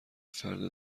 فرد